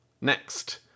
Next